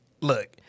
Look